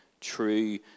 true